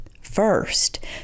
First